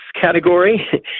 category